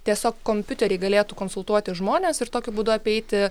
tiesiog kompiuteriai galėtų konsultuoti žmones ir tokiu būdu apeiti